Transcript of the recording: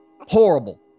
Horrible